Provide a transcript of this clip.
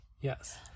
Yes